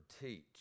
teach